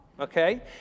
okay